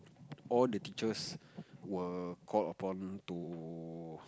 all the teachers were called upon to